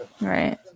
right